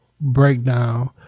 breakdown